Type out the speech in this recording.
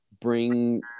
bring